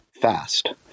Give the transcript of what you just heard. fast